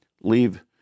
leave